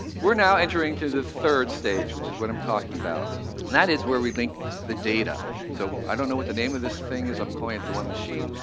we're now entering to the third stage, which is what i'm talking about, and that is where we link the data. so, i don't know what the name of this thing is. i'm calling it the one machine.